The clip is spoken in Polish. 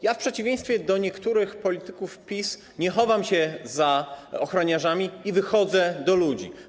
Ja w przeciwieństwie do niektórych polityków PiS nie chowam się za ochroniarzami i wychodzę do ludzi.